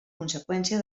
conseqüència